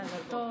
לילה טוב.